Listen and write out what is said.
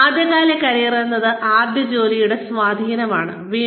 ആദ്യകാല കരിയർ എന്നത് ആദ്യ ജോലിയുടെ സ്വാധീനം ആണ്